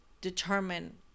determine